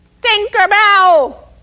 Tinkerbell